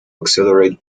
accelerate